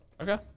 Okay